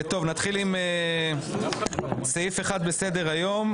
נתחיל עם סעיף 1 לסדר היום,